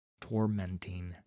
tormenting